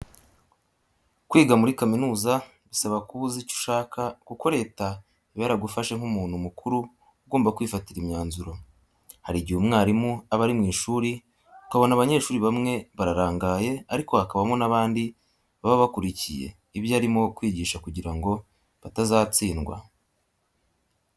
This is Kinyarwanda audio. Kwiga muri kaminuza bisaba ko uba uzi icyo ushaka kuko Leta iba yaragufashe nk'umuntu mukuru ugomba kwifatira imyanzuro. Hari igihe umwarimu aba ari mu ishuri ukabona abanyeshuri bamwe bararangaye ariko hakabamo n'abandi baba bakurikiye ibyo arimo kwigisha kugira ngo batazatsindwa.